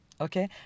Okay